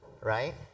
right